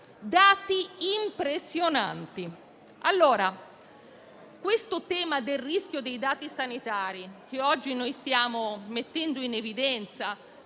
sono impressionanti. Il tema legato al rischio dei dati sanitari, che oggi stiamo mettendo in evidenza